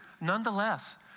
Nonetheless